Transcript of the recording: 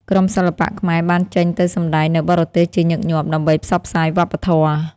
ក្រុមសិល្បៈខ្មែរបានចេញទៅសម្តែងនៅបរទេសជាញឹកញាប់ដើម្បីផ្សព្វផ្សាយវប្បធម៌។